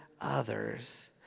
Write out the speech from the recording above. others